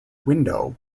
window